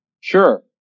Sure